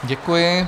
Děkuji.